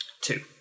two